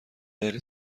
غیر